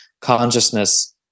consciousness